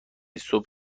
صبح